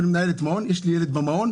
אבל היא מנהלת מעון יש לי ילד במעון,